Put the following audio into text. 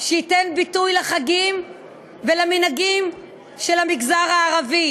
שייתן ביטוי לחגים ולמנהגים של המגזר הערבי,